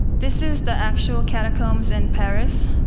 this is the actual catacombs in paris.